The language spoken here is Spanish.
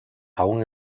aún